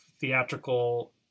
theatrical